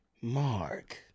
mark